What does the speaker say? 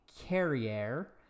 carrier